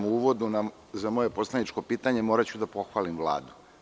U uvodu za moje poslaničko pitanje moraću da pohvalim Vladu.